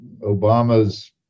Obama's